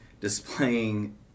displaying